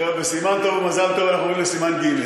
בסימן טוב ובמזל טוב אנחנו עוברים לסימן ג'.